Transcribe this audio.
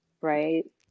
right